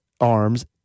arms